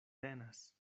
tenas